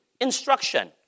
instruction